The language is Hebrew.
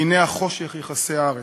"כי הנה החֹשך יכסה ארץ".